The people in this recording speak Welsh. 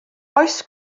oes